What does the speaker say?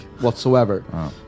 whatsoever